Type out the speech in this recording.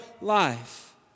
life